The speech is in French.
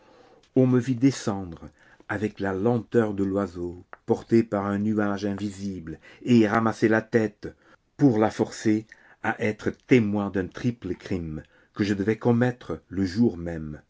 on me vit descendre avec la lenteur de l'oiseau porté par un nuage invisible et ramasser la tête pour la forcer à être témoin d'un triple crime que je devais commettre le jour même